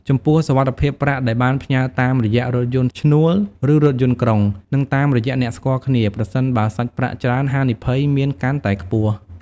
ចំពោះសុវត្ថិភាពប្រាក់ដែលបានផ្ញើរតាមរយៈរថយន្តឈ្នួល ឬរថយន្តក្រុងនិងតាមរយៈអ្នកស្គាល់គ្នា ប្រសិនបើសាច់ប្រាក់ច្រើនហានិភ័យមានកាន់តែខ្ពស់។